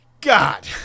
God